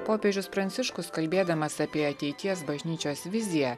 popiežius pranciškus kalbėdamas apie ateities bažnyčios viziją